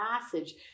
passage